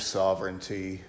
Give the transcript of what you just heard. sovereignty